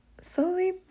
slowly